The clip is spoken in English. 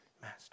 master